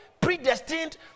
predestined